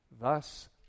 Thus